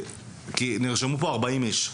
כי נרשמו פה ארבעים איש,